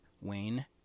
Wayne